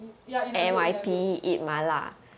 ya in a group in a group